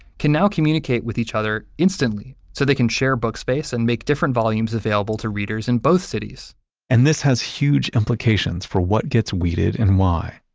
can now communicate with each other instantly, so they can share book space and make different volumes available to readers in both cities and this has huge implications for what gets weeded and why.